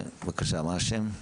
בבקשה, מה השם?